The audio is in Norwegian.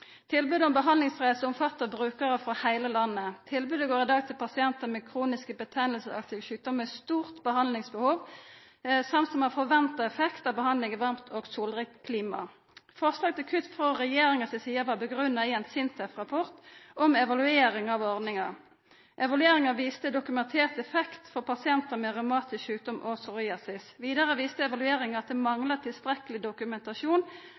Tilbodet om behandlingsreiser omfattar brukarar frå heile landet. Tilbodet går i dag til pasientar med kroniske betennelsesaktige sjukdommar med stort behandlingsbehov og som har forventa effekt av behandling i varmt og solrikt klima. Forslaget til kutt frå regjeringa si side var grunna i ein SINTEF-rapport om evaluering av ordninga. Evalueringa viste dokumentert effekt for pasientar med revmatisk sjukdom og psoriasis. Vidare viste evalueringa at det manglar tilstrekkeleg dokumentasjon